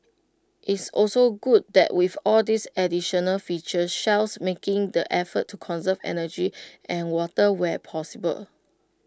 it's also good that with all these additional features Shell's making the effort to conserve energy and water where possible